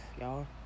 y'all